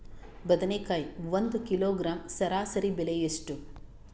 ಬದನೆಕಾಯಿ ಒಂದು ಕಿಲೋಗ್ರಾಂ ಸರಾಸರಿ ಬೆಲೆ ಎಷ್ಟು?